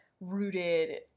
rooted